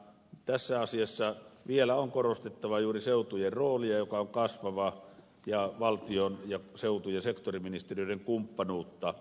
tässä asiassa vielä on korostettava juuri seutujen roolia joka on kasvava ja valtion ja seutujen ja sektoriministeriöiden kumppanuutta